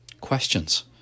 questions